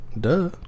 Duh